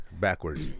backwards